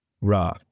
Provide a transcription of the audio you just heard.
Ra